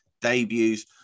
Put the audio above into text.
debuts